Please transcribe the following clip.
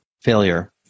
failure